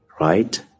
Right